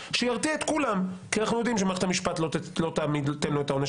שירתיע את כולם כי אנחנו יודעים שמערכת המשפט לא תיתן לו את העונש